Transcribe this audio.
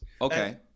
Okay